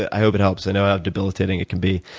ah i hope it helps. i know how debilitating it can be.